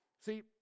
See